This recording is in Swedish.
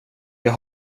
jag